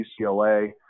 UCLA